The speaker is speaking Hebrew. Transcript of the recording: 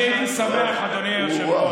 אני הייתי שמח, אדוני היושב-ראש.